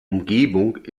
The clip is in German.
umgebung